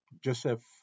Joseph